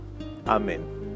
amen